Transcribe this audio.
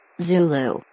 Zulu